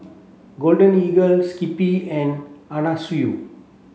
Golden Eagle Skippy and Anna Sui